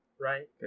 right